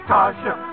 Tasha